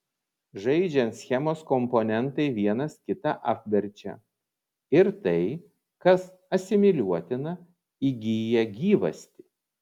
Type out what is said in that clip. žaidžiant schemos komponentai vienas kitą apverčia ir tai kas asimiliuotina įgyja gyvastį